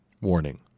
Warning